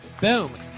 Boom